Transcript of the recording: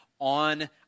on